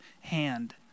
hand